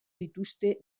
dituzte